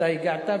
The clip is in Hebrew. אתה הגעת,